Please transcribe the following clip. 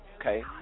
okay